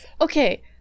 Okay